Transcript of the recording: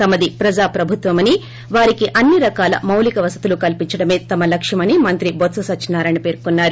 తమది ప్రజా ప్రభుత్వమని వారికి అన్ని రకాల మౌలిక వసతులు కల్స్ంచడమే తమ్ లక్ష్మని మంత్రి బొత్ప సత్యనారాయణ పేర్కోన్నారు